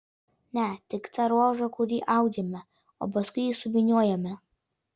ne tik tą ruožą kurį audžiame o paskui jį suvyniojame